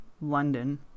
London